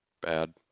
Bad